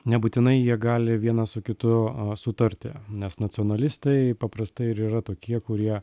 nebūtinai jie gali vienas su kitu sutarti nes nacionalistai paprastai ir yra tokie kurie